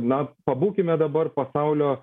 na pabūkime dabar pasaulio